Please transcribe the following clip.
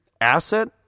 Asset